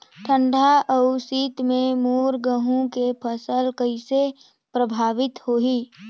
ठंडा अउ शीत मे मोर गहूं के फसल कइसे प्रभावित होही?